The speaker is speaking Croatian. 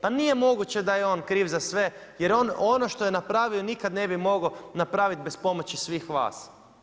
Pa nije moguće da je on kriv za sve jer ono što je napravio nikad ne bi mogao napraviti bez pomoći svih vas.